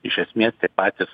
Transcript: iš esmės tie patys